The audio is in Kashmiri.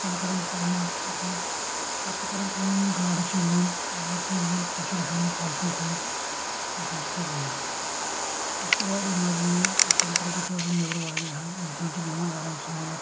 سپیٚنڈ کران ٹایم أتی پتہٕ چھُ کران کٲم یِم گاڈٕ چھِ یِوان گاڈ چھِ یِوان سۄ چھِ ہیٚوان پھل پھوٚل کھیٚوٚن تہٕ پھسان چھِ سۄ گٲڑ اتہِ چھُ واریاہ مزٕ یِوان ٹیمپریچر چھُ آسان نیبرٕ واریاہ ہاے انسان چھُ بیہوان آرام سان اتھ